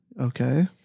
Okay